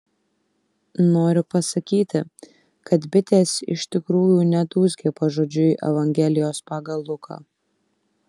noriu pasakyti kad bitės iš tikrųjų nedūzgė pažodžiui evangelijos pagal luką